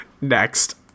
Next